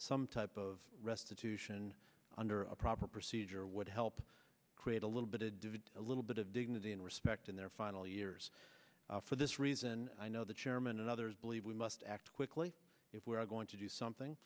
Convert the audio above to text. some type of restitution under a proper procedure would help create a little bit a little bit of dignity and respect in their final years for this reason i know the chairman and others believe we must act quickly if we're going to do